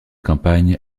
campagne